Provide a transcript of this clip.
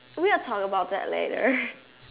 we will talk about that later